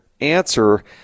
answer